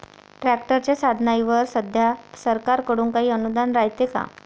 ट्रॅक्टरच्या साधनाईवर सध्या सरकार कडून काही अनुदान रायते का?